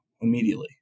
immediately